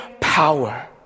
power